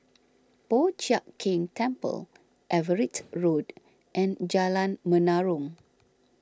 Po Chiak Keng Temple Everitt Road and Jalan Menarong